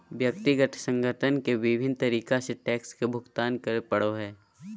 व्यक्ति संगठन के विभिन्न तरीका से टैक्स के भुगतान करे पड़ो हइ